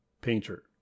Painter